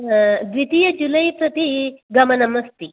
द्वितीयजुलै प्रति गमनम् अस्ति